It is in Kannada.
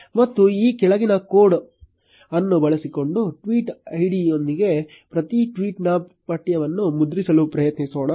ಮತ್ತು ಈ ಕೆಳಗಿನ ಕೋಡ್ ಅನ್ನು ಬಳಸಿಕೊಂಡು ಟ್ವೀಟ್ ಐಡಿಯೊಂದಿಗೆ ಪ್ರತಿ ಟ್ವೀಟ್ ನ ಪಠ್ಯವನ್ನು ಮುದ್ರಿಸಲು ಪ್ರಯತ್ನಿಸೋಣ